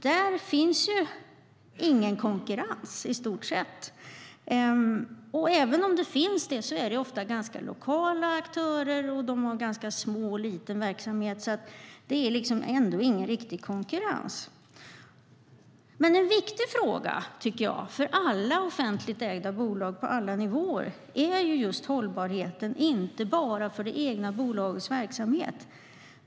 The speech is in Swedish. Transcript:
Där finns i stort sett ingen konkurrens. Och även om det finns konkurrens är det ofta ganska lokala aktörer som har ganska liten verksamhet, så det är ändå ingen riktig konkurrens. En viktig fråga för alla offentligt ägda bolag på alla nivåer är just hållbarheten, inte bara för det egna bolagets verksamhet.